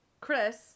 Chris